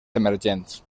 emergents